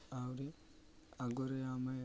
ଆହୁରି ଆଗରେ ଆମେ